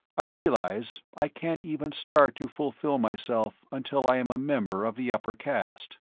i realize i can't even start to fulfill myself until i am a member of the upper caste.